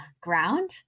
ground